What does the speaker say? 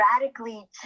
radically